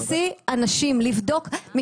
--- כן, לבדוק ולאכוף את השכר בוודאי.